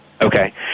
okay